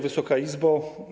Wysoka Izbo!